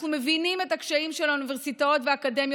אנחנו מבינים את הקשיים של האוניברסיטאות והאקדמיות.